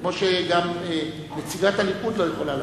כמו שגם נציגת הליכוד לא יכולה לעשות,